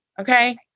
Okay